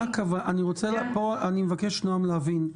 נעם, אני מבקש להבין: